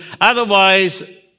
Otherwise